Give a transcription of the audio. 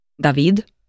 David